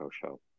show